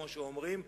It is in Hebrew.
כמו שאומרים,